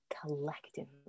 collectively